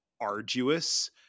arduous